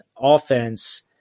offense